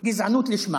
גזענות לשמה.